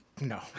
No